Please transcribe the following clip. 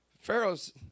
Pharaoh's